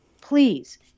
please